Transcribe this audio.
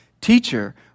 Teacher